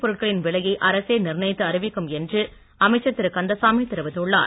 பொருட்களின் விலையை அரசே நிர்ணயித்து அறிவிக்கும் என்று அமைச்சர் திரு கந்தசாமி தெரிவித்துள்ளார்